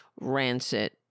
rancid